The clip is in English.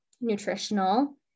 nutritional